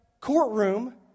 courtroom